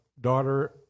daughter